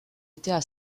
étaient